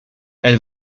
elle